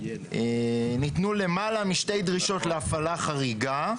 ניתנו למעלה משתי דרישות להפעלה חריגה,